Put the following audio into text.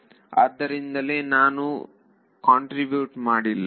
ಅದರಿಂದಲೇ ನಾನು ಕಾಂಟ್ರಿಬ್ಯೂಟ್ ಮಾಡಲಿಲ್ಲ